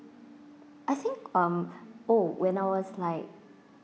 I think um oh when I was like